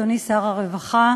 אדוני שר הרווחה,